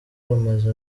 bamaze